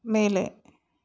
மேலே